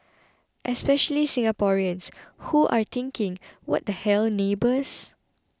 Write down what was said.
especially Singaporeans who are thinking what the hell neighbours